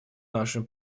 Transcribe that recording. нашим